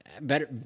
better